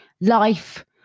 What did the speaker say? life